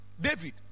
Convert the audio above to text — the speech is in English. david